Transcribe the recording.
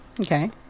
Okay